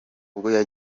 junior